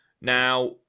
Now